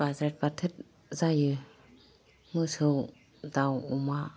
बाज्रेद बाटेद जायो मोसौ दाव अमा